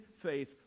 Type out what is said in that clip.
faith